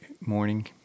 morning